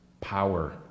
power